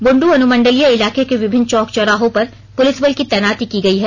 बुंडू अनुमण्डलीय इलाके के विभिन्न चौक चौराहों पर पुलिस बल की तैनाती की गई है